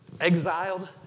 exiled